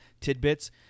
tidbits